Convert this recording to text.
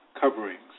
coverings